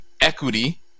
equity